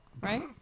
right